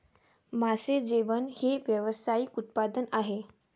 मासे जेवण हे व्यावसायिक उत्पादन आहे